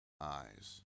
eyes